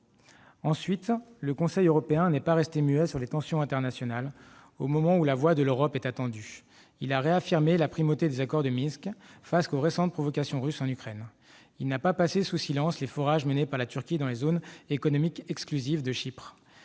Le Conseil européen n'est en outre pas resté muet sur les tensions internationales du moment, alors que la voix de l'Europe est attendue : il a réaffirmé la primauté des accords de Minsk face aux récentes provocations russes en Ukraine ; il n'a pas passé sous silence les forages menés par la Turquie dans la zone économique exclusive de Chypre-